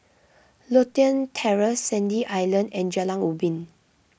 Lothian Terrace Sandy Island and Jalan Ubi